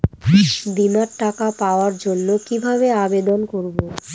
বিমার টাকা পাওয়ার জন্য কিভাবে আবেদন করব?